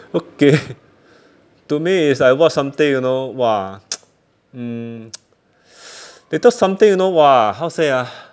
okay to me is I watch something you know !wah! mm little something you know !wah! how to say ah